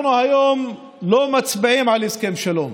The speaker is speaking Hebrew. אנחנו היום לא מצביעים על הסכם שלום,